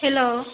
hello